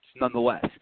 nonetheless